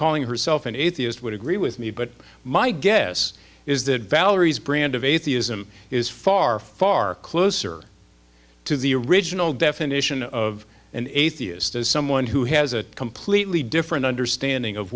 calling herself an atheist would agree with me but my guess is that valerie's brand of atheism is far far closer to the original definition of an atheist as someone who has a completely different understanding of